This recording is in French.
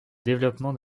développement